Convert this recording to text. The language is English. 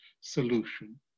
solution